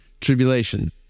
tribulation